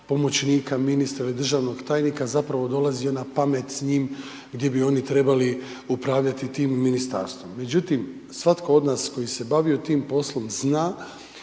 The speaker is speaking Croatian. pomoćnika ministra ili državnog tajnika zapravo dolazi jedna pamet s njim gdje bi oni trebali upravljati tim ministarstvom. Međutim, svatko od nas koji se bavio tim poslom zna